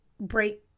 break